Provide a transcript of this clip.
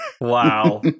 wow